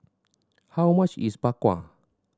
how much is Bak Kwa